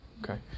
Okay